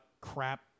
crap